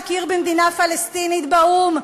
להכיר במדינה פלסטינית באו"ם,